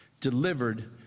delivered